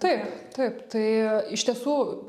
taip taip tai iš tiesų